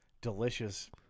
Delicious